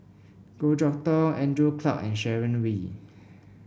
Goh Chok Tong Andrew Clarke and Sharon Wee